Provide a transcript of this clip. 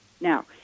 Now